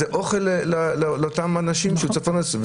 זה אוכל לאותם אנשים שרוצים לפרנס.